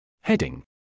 Heading